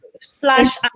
Slash